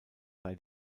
sei